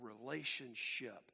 relationship